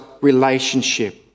relationship